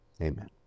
Amen